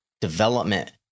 development